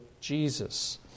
Jesus